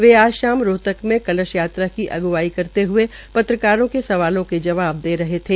वे आज शाम रोहतक में कलश यात्रा की अग्रवाई करते हुए पत्रकारों के सवालों के जवाब दे रहे थे